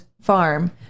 farm